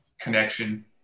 connection